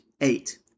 eight